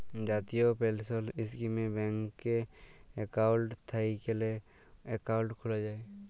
জাতীয় পেলসল ইস্কিমে ব্যাংকে একাউল্ট থ্যাইকলে একাউল্ট খ্যুলা যায়